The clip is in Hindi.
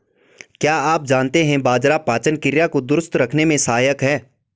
क्या आप जानते है बाजरा पाचन क्रिया को दुरुस्त रखने में सहायक हैं?